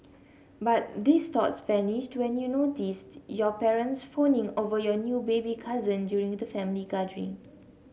but these thoughts vanished when you notice your parents fawning over your new baby cousin during the family gathering